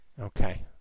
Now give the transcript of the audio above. Okay